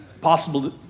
possible